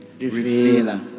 revealer